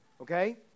Okay